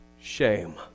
shame